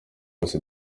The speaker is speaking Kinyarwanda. bose